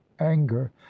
anger